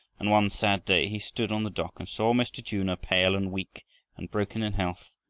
and one sad day he stood on the dock and saw mr. junor, pale and weak and broken in health,